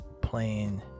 playing